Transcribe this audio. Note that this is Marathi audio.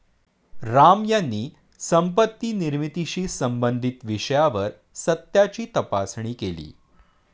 राम यांनी संपत्ती निर्मितीशी संबंधित विषयावर सत्याची तपासणी केली